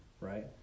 Right